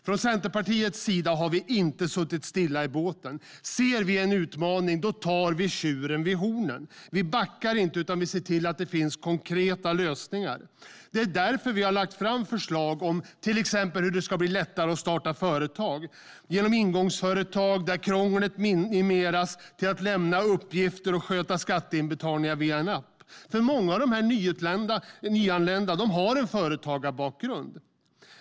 Från Centerpartiets sida har vi inte suttit still i båten. Ser vi en utmaning tar vi tjuren vid hornen. Vi backar inte utan ser till att det finns konkreta lösningar. Det är därför vi har lagt fram förslag om till exempel hur det ska bli lättare att starta företag, genom ingångsföretag där krånglet minimeras till att lämna uppgifter och sköta skatteinbetalningar via en app. Många av de nyanlända har ju en företagarbakgrund.